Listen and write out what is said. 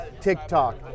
TikTok